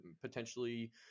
potentially